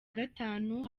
gatanu